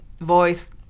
voice